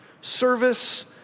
service